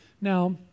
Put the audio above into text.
Now